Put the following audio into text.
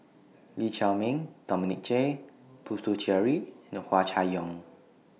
Lee Chiaw Meng Dominic J Puthucheary and Hua Chai Yong